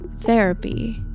therapy